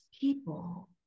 people